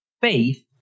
faith